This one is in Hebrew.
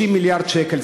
החשמל ב-30 מיליארד שקל.